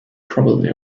probably